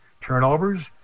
turnovers